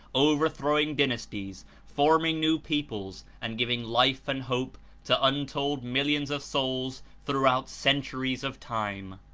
overthrowing dynasties, forming new peoples and giving life and hope to un told millions of souls throughout centuries of time.